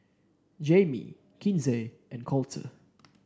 Jaime Kinsey and Colter